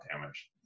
damage